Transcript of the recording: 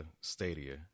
Stadia